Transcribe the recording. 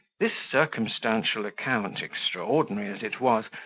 this circumstantial account, extraordinary as it was,